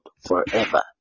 forever